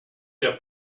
der